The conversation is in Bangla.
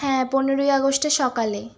হ্যাঁ পনেরোই আগস্টের সকালে